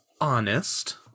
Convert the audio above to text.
honest